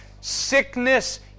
sickness